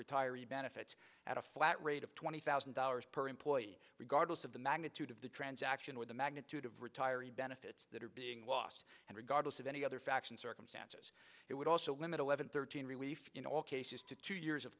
retiree benefits at a flat rate of twenty thousand dollars per employee regardless of the magnitude of the transaction with the magnitude of retiree benefits that are being lost and regardless of any other facts and circumstances it would also limit of eleven thirteen relief in all cases to two years of